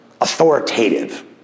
authoritative